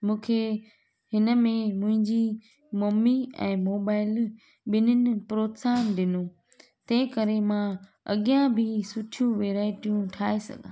मूंखे हिनमें मुंहिंजी मम्मी ऐं मोबाइल ॿिन्हीनि प्रोत्साहन ॾिनो तंहिं करे मां अॻियां बि सुठियूं वैराइटियूं ठाहे सघां